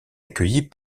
accueillie